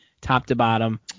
top-to-bottom